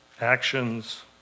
actions